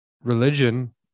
Religion